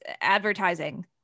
advertising